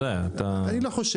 אני לא חושב.